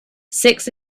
six